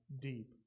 deep